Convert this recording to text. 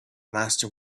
master